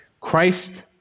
Christ